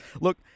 look